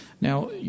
Now